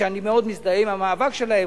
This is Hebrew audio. ואני מאוד מזדהה עם המאבק שלהם,